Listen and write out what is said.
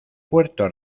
puerto